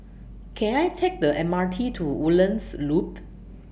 Can I Take The M R T to Woodlands Loop